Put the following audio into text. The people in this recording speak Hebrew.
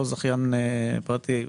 לא זכיין פרטי,